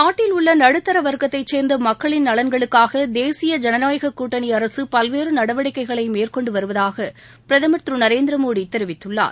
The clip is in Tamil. நாட்டில் உள்ள நடுத்தர வர்க்கத்தை சேர்ந்த மக்களின் நலன்களுக்காக தேசிய ஜனநாயக கூட்டணி அரசு பல்வேறு நடவடிக்கைகளை மேற்கொண்டு வருவதாக பிரதமர் திரு நரேந்திரமோடி தெரிவித்துள்ளார்